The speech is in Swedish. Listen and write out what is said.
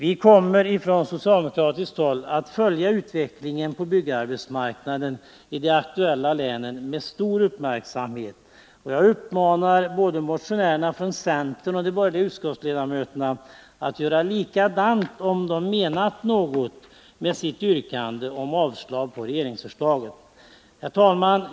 Vi kommer från socialdemokratiskt håll att följa utvecklingen på byggarbetsmarknaden i de aktuella länen med stor uppmärksamhet. Jag uppmanar både motionärerna från centern och de borgerliga utskottsledamöterna att göra likadant, om de menat något med sitt yrkande om avslag på regeringsförslaget. Herr talman!